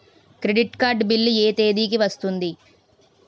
Credit card bill ఎ తేదీ కి వస్తుంది?